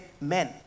men